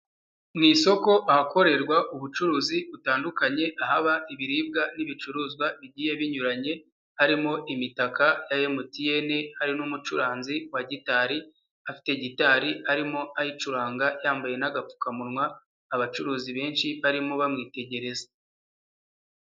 Mu isoko ahakorerwa ubucuruzi butandukanye ahaba ibiribwa n'ibicuruzwa bigiye binyuranye harimo imitaka ya MTN, hari n'umucuranzi wa gitari, afite gitari arimo ayicuranga yambaye n'agapfukamunwa. Abacuruzi benshi barimo bamwitegereza.